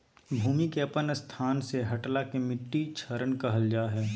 भूमि के अपन स्थान से हटला के मिट्टी क्षरण कहल जा हइ